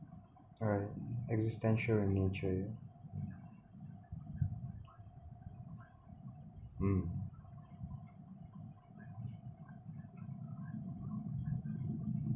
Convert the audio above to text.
alright existential in nature mm